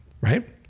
right